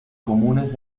comunes